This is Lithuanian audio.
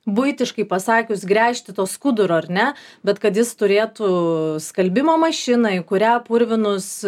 buitiškai pasakius gręžti to skuduro ar ne bet kad jis turėtų skalbimo mašiną į kurią purvinus